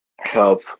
Help